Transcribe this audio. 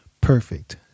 perfect